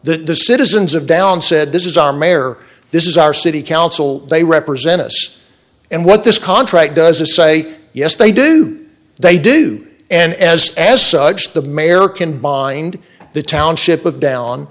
the citizens of bell and said this is our mayor this is our city council they represent us and what this contract does is say yes they do they do and as as such the mayor can bind the township of down